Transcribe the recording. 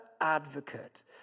advocate